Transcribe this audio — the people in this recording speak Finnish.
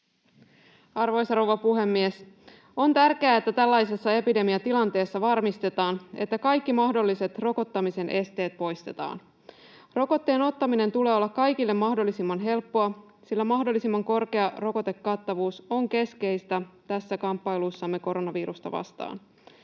Arvoisa rouva puhemies! On tärkeää, että tällaisessa epidemiatilanteessa varmistetaan, että kaikki mahdolliset rokottamisen esteet poistetaan. Rokotteen ottamisen tulee olla kaikille mahdollisimman helppoa, sillä mahdollisimman korkea rokotuskattavuus on keskeistä tässä kamppailussamme koronavirusta vastaan.